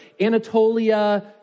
Anatolia